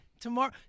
tomorrow